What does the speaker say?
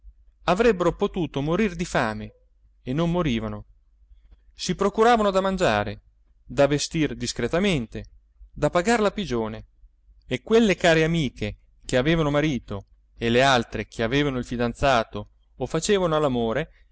avrebbero potuto morir di fame e non morivano si procuravano da mangiare da vestir discretamente da pagar la pigione e quelle care amiche che avevano marito e le altre che avevano il fidanzato o facevano